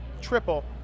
triple